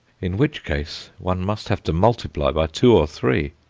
in which case one must have to multiply by two or three.